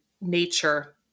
nature